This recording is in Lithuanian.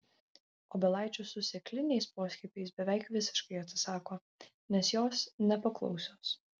obelaičių su sėkliniais poskiepiais beveik visiškai atsisako nes jos nepaklausios